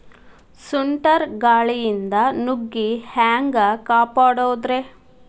ಸುಂಟರ್ ಗಾಳಿಯಿಂದ ನುಗ್ಗಿ ಹ್ಯಾಂಗ ಕಾಪಡೊದ್ರೇ?